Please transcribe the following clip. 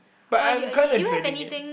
but I'm kinda dreading it